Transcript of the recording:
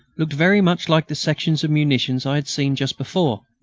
looked very much like the sections of munitions i had seen just before.